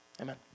Amen